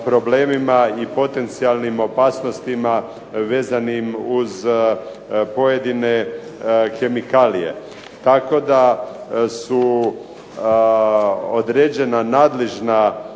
i potencijalnim opasnostima vezanim uz pojedine kemikalije. Tako da su određena nadležna